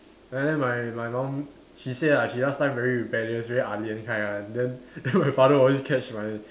and then my my mum she say ah she last time very rebellious very ah-lian kind one then then my father always catch my